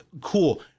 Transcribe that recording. cool